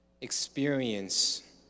experience